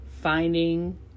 finding